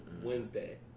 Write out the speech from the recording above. Wednesday